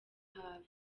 hafi